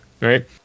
right